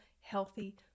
healthy